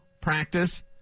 practice